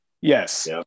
yes